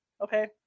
Okay